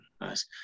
nice